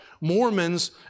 Mormons